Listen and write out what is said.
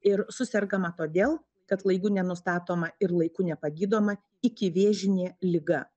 ir susergama todėl kad laiku nenustatoma ir laiku nepagydoma ikivėžinė liga